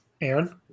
Aaron